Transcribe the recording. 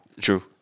True